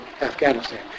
Afghanistan